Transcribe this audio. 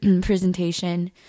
presentation